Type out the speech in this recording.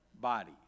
body